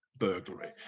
burglary